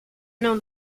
known